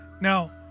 Now